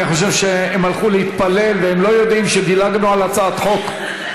אני חושב שהם הלכו להתפלל והם לא יודעים שדילגנו על הצעת חוק.